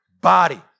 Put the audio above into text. body